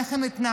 איך הם התנהגו,